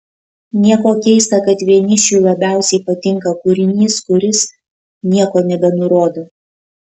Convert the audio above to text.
nieko keista kad vienišiui labiausiai patinka kūrinys kuris nieko nebenurodo